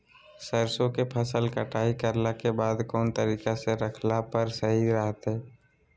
सरसों के फसल कटाई करला के बाद कौन तरीका से रखला पर सही रहतय?